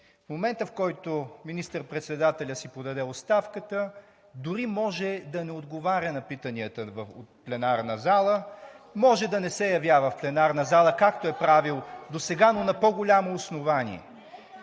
в момента, в който министър-председателят си подаде оставката дори може да не отговаря на питанията от пленарната зала. Може да не се явява в пленарната зала, както е правил досега, но на по-голямо основание.